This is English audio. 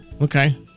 Okay